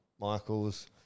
Michaels